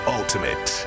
ultimate